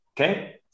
Okay